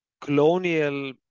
colonial